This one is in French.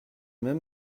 même